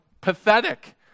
pathetic